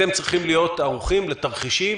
אתם צריכים להיות ערוכים לתרחישים